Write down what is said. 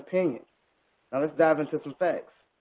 opinion. now let's dive into some facts.